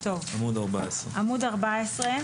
עמוד 14,